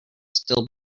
still